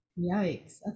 Yikes